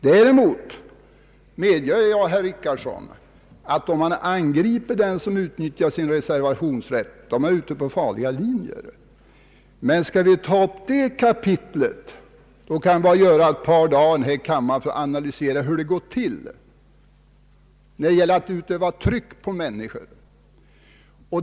Däremot medger jag, herr Richardson, att man är ute på en farlig linje om man angriper den som utnyttjar sin reservationsrätt. Men skall vi ta upp det kapitlet, då kan vi behöva ett par dagar här i kammaren för att analysera hur det går till att utöva tryck på människor.